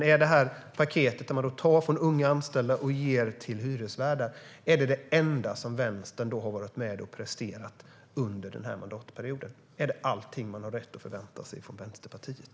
Är bostadspaketet, där man alltså tar från unga anställda och ger till hyresvärdar, det enda som Vänstern har varit med och presterat under den här mandatperioden? Är detta allt man har rätt att förvänta sig av Vänsterpartiet?